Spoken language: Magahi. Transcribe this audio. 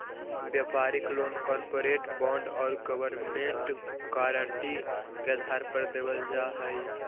व्यापारिक लोन कॉरपोरेट बॉन्ड और गवर्नमेंट गारंटी के आधार पर देवल जा हई